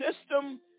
system